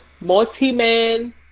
multi-man